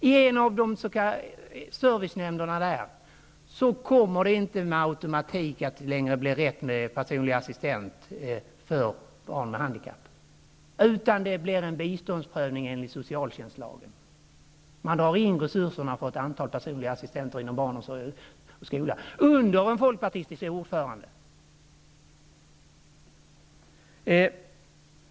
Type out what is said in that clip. I en av servicenämndernas verksamhetsområde kommer det inte längre med automatik att finnas rätt till personlig assistent för barn med handikapp, utan det skall ske en biståndsprövning enligt socialtjänstlagen. Man drar in resurserna för ett antal personliga assistenter inom barnomsorg och skola -- under den folkpartistiske ordföranden!